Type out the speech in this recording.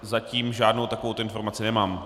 Zatím žádnou takovouto informaci nemám.